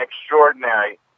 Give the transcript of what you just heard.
extraordinary